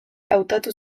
hautatu